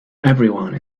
everyone